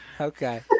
Okay